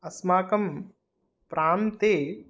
अस्माकं प्रान्ते